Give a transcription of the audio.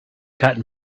got